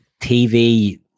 TV